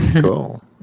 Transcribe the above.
Cool